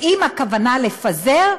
ואם הכוונה לפזר,